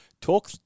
talk